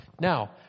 Now